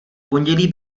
pondělí